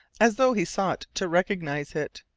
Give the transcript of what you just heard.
as though he sought to recognize it.